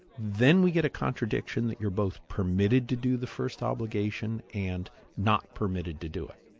then we get a contradiction that you're both permitted to do the first obligation, and not permitted to do it.